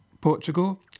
Portugal